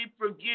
forgive